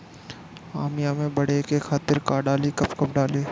आमिया मैं बढ़े के खातिर का डाली कब कब डाली?